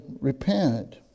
repent